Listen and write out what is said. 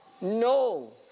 No